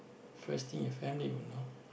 first thing your family will know